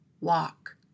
walk